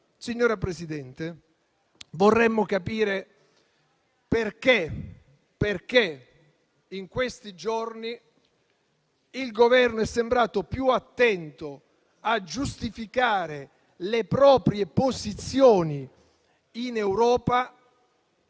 signora Presidente, vorremmo capire perché in questi giorni il Governo è sembrato più attento a giustificare le proprie posizioni in Europa,